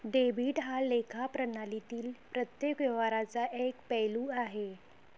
debit हा लेखा प्रणालीतील प्रत्येक व्यवहाराचा एक पैलू आहे